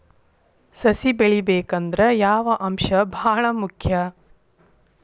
ಸಸಿ ಬೆಳಿಬೇಕಂದ್ರ ಯಾವ ಅಂಶ ಭಾಳ ಮುಖ್ಯ?